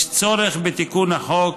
יש צורך בתיקון החוק,